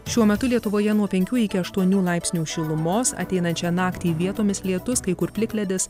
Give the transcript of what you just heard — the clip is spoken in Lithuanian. šiuo metu lietuvoje nuo penkių iki aštuonių laipsnių šilumos ateinančią naktį vietomis lietus kai kur plikledis